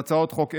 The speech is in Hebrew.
בהצעות חוק אלו.